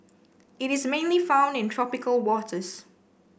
it is mainly found in tropical waters